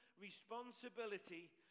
responsibility